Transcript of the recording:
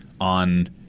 on